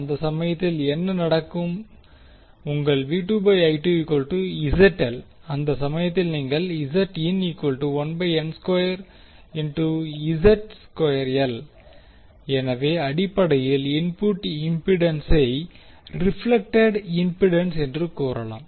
அந்த சமயத்தில் என்ன நடக்கும் உங்கள் அந்த சமயத்தில் நீங்கள் எனவே அடிப்படையில் இன்புட் இம்பிடன்சை ரிஃப்ளெக்டேட் இம்பிடன்ஸ் என்றும் கூறலாம்